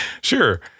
sure